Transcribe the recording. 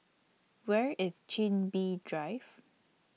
Where IS Chin Bee Drive